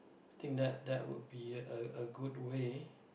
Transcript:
I think that that would be a a good way